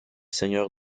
seigneurs